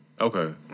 Okay